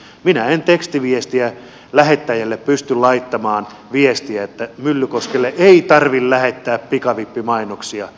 minä en tekstiviestiä lähettäjälle pysty laittamaan viestiä että myllykoskelle ei tarvitse lähettää pikavippimainoksia